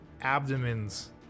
abdomens